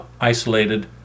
isolated